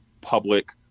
public